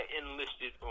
enlisted